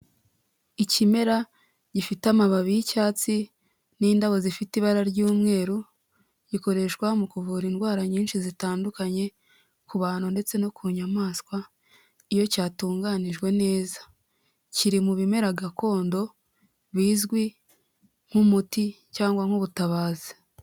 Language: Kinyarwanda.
Ikimera gifite amababi y'icyatsi n'indabo zifite ibara ry'umweru gikoreshwa mu kuvura indwara nyinshi zitandukanye ku bantu ndetse no ku nyamaswa iyo cyatunganijwe neza, kiri mu bimera gakondo bizwi nk'umuti cyangwa nk'ubutabazi.